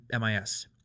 MIS